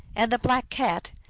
and the black cat,